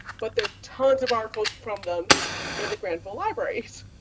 but there are tons of articles from them in the granville libraries,